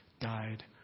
died